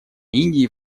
индии